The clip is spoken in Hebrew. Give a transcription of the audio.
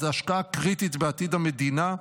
זו ההשקעה קריטית בעתיד המדינה.